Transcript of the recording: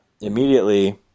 immediately –